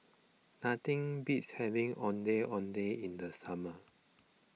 nothing beats having Ondeh Ondeh in the summer